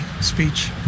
speech